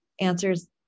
Answers